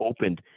opened